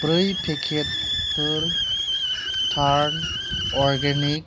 ब्रै पेकेटफोर टार्न अर्गेनिक